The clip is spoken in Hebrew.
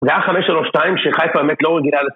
זה היה חמש שלוש שתיים שחיפה באמת לא רגילה לזה